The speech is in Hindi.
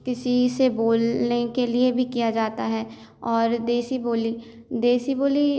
किसी से बोलने के लिए भी किया जाता है और देशी बोली देशी बोली